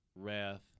wrath